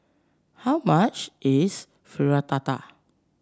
how much is Fritada